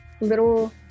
little